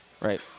Right